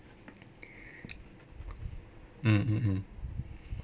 mm mm mm